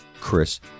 Chris